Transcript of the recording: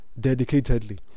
dedicatedly